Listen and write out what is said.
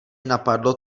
napadlo